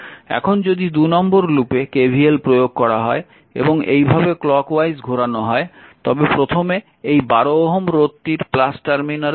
এখন যদি 2 নম্বর লুপে KVL প্রয়োগ করা হয় এবং এইভাবে ক্লক ওয়াইজ ঘোরানো হয় তবে প্রথমে এই 12 ওহম রোধটির টার্মিনালের সম্মুখীন হচ্ছে